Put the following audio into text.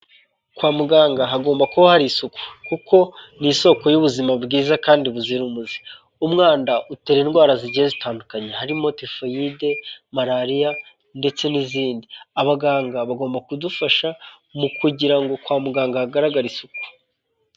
Kwa muganga hagomba kuba hari isuku kuko ni isoko y'ubuzima bwiza kandi buzira umuze, umwanda utera indwara zigiye zitandukanye, harimo typhoid, malariya ndetse n'izindi, abaganga bagomba kudufasha mu kugira ngo kwa muganga hagaragare isuku.